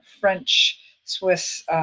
French-Swiss